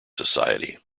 society